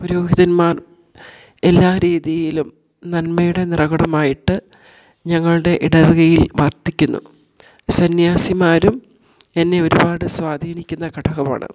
പുരോഹിതന്മാർ എല്ലാ രീതിയിലും നന്മയുടെ നിറകുടമായിട്ട് ഞങ്ങളുടെ ഇടവകയിൽ വർത്തിക്കുന്നു സന്യാസിമാരും എന്നെ ഒരുപാട് സ്വാധീനിക്കുന്ന ഘടകമാണ്